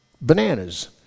bananas